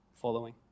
following